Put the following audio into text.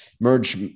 Merge